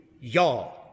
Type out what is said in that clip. y'all